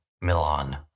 Milan